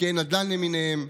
משקיעי נדל"ן למיניהם,